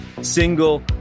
single